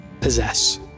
possess